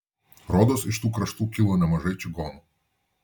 rodos iš tų kraštų kilo nemažai čigonų